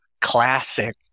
classic